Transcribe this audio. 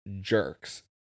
jerks